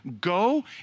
Go